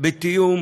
בתיאום